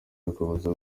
bikomeza